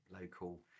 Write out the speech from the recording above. local